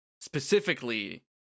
specifically